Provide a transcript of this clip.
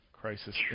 crisis